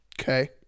Okay